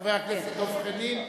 חבר הכנסת דב חנין.